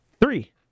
Three